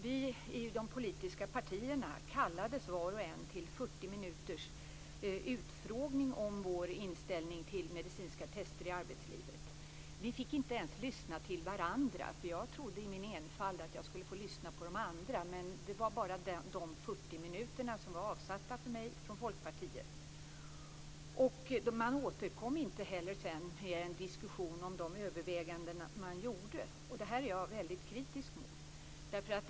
Vi i de politiska partierna kallades var och en till 40 minuters utfrågning om vår inställning till medicinska test i arbetslivet. Vi fick inte ens lyssna till varandra. Jag trodde i min enfald att jag skulle få lyssna på de andra. Men det var bara de 40 minuterna som var avsatta för mig från Folkpartiet. Man återkom inte heller med en diskussion om de överväganden man gjorde. Det är jag mycket kritisk mot.